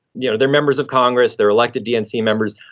you know, their members of congress, they're elected dnc members.